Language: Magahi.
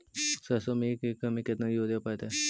सरसों में एक एकड़ मे केतना युरिया पड़तै?